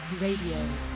Radio